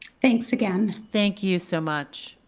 thanks again. thank you so much.